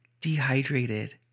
Dehydrated